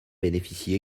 bénéficie